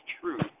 truth